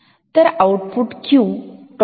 तर output Q toggle होते